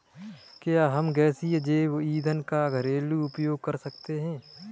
क्या हम गैसीय जैव ईंधन का घरेलू उपयोग कर सकते हैं?